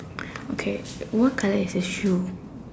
okay what colour is his shoe